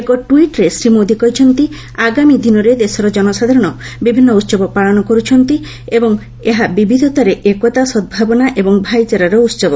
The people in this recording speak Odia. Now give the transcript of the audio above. ଏକ ଟିଟରେ ଶ୍ରୀ ମୋଦି କହିଛନ୍ତି ଆଗାମୀ ଦିନରେ ଦେଶର ଜନସାଧାରଣ ବିଭିନ୍ନ ଉହବ ପାଳନ କର୍ରଛନ୍ତି ଏବଂ ଏହା ବିବିଧତାରେ ଏକତା ସଦ୍ଭାବନା ଏବଂ ଭାଇଚାରାର ଉତ୍ସବ